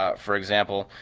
ah for example,